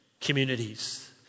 communities